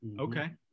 Okay